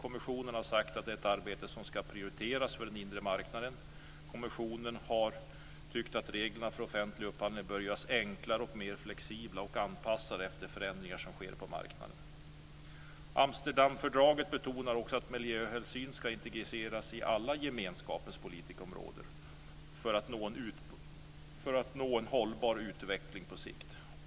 Kommissionen har sagt att detta är ett arbete som ska prioriteras för den inre marknaden. Kommissionen har tyckt att reglerna för offentlig upphandling bör göras enklare och mer flexibla och anpassade efter förändringar som sker på marknaden. Amsterdamfördraget betonar också att miljöhänsyn ska integreras i alla gemenskapens politikområden; detta för att nå en hållbar utveckling på sikt.